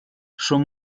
son